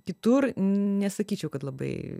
kitur nesakyčiau kad labai